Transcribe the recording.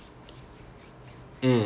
ஒரே ஒரு:ore oru physics தெரிஞ்சுச்சு:therinchuchu